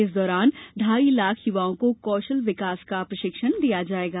इस इस दौरान ढाई लाख युवाओं को कौशल विकास का प्रशिक्षण दिया जाएगा